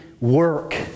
work